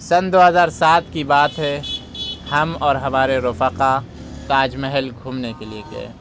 سن دو ہزار سات کی بات ہے ہم اور ہمارے رفقا تاج محل گھومنے کے لیے گئے